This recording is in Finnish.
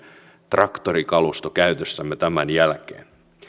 traktorikalusto käytössämme tämän jälkeen